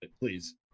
please